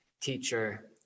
teacher